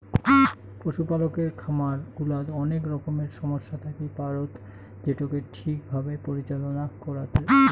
পশুপালকের খামার গুলাত অনেক রকমের সমস্যা থাকি পারত যেটোকে ঠিক ভাবে পরিচালনা করাত উচিত